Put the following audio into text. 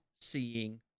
seeing